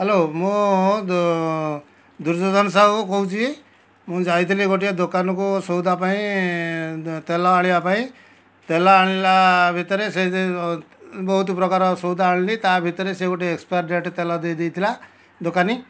hello ମୁଁ ଦୁ ଦୁର୍ଯ୍ୟଧନ ସାହୁ କହୁଛି ମୁଁ ଯାଇଥିଲି ଗୋଟିଏ ଦୋକାନକୁ ସଉଦା ପାଇଁ ତେଲ ଆଣିବା ପାଇଁ ତେଲ ଆଣିଲା ଭିତରେ ବହୁତ ପ୍ରକାର ସଉଦା ଆଣିଲି ତା ଭିତରେ ସେ ଗୋଟେ ଏକ୍ସପାଇର୍ ଡେଟ୍ ତେଲ ଦେଇ ଦେଇଥିଲା ଦୋକାନୀ